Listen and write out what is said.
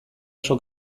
oso